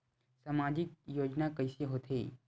सामजिक योजना कइसे होथे?